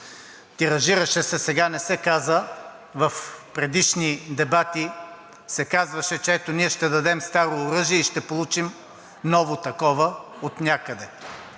Тиражираше се, сега не се каза, в предишни дебати се казваше, че ето, ние ще дадем старо оръжие и ще получим ново такова отнякъде.